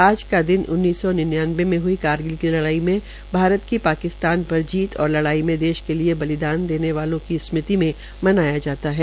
आज का दिन उन्नीस सौ निन्यानवे में हई कारगिल की लडाई में भारत की पाकिस्तान पर जीत और लड़ाई मे देश के लिए बलिदान देने वाले की स्मृति मे मनाया जाता है